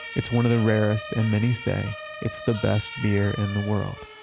it's one of the rarest and many say it's the best beer in the world.